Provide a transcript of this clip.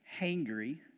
hangry